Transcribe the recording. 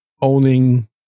owning